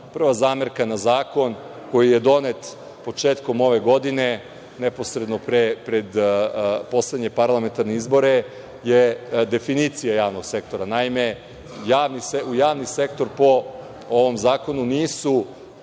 prva zamerka na zakon koji je donet početkom ove godine, ne posredno pred poslednje parlamentarne izbore je definicija javnog sektora. Naime, u javni sektor po ovom zakonu nisu